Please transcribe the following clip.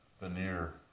veneer